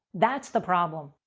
that's the problem.